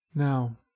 Now